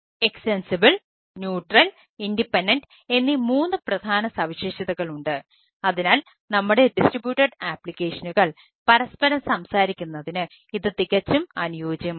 extensible പരസ്പരം സംസാരിക്കുന്നതിന് ഇത് തികച്ചും അനുയോജ്യമാണ്